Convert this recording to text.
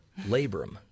labrum